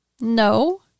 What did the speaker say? No